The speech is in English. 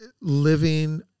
living